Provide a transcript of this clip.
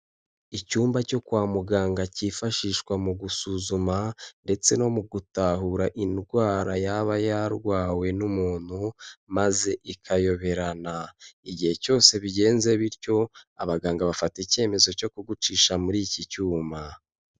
Icyumba cyo kwa muganga cyifashishwa mu gusuzuma ndetse no mu gutahura indwara yaba yarwawe n'umuntu maze ikayoberana. Igihe cyose bigenze bityo abaganga bafata icyemezo cyo kugucisha muri iki cyuma.